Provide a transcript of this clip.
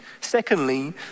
Secondly